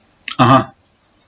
(uh huh)